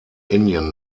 indien